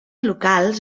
locals